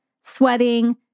sweating